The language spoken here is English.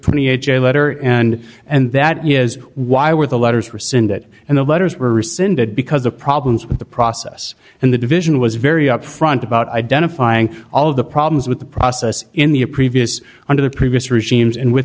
a letter and and that is why were the letters rescind it and the letters were rescinded because of problems with the process and the division was very upfront about identifying all of the problems with the process in the a previous under the previous regimes and with